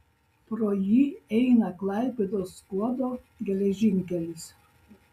pro jį eina klaipėdos skuodo geležinkelis